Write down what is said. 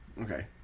Okay